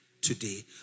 today